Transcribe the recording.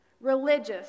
Religious